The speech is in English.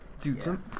dude